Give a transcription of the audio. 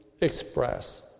express